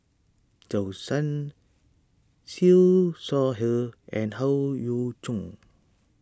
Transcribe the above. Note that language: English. Zhou Can Siew Shaw Her and Howe Yoon Chong